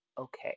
okay